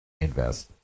invest